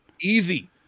Easy